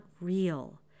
real